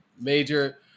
major